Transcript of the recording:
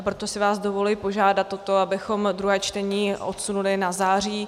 Proto si vás dovoluji požádat o to, abychom druhé čtení odsunuli na září.